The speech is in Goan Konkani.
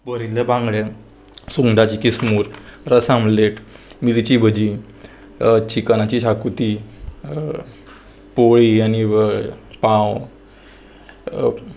बरिल्ले बांगडे सुंगटाची किसमूर रस आमलेट मिरची भजी चिकनाची शाकुती पोळी आनी पांव